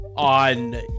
on